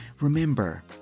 remember